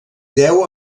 deu